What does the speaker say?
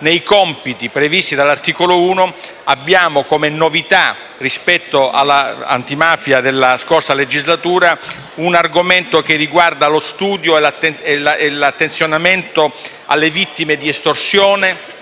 nei compiti previsti dall'articolo 1, abbiamo come novità, rispetto all'antimafia della scorsa legislatura, un argomento che riguarda lo studio e l'attenzione per le vittime di estorsione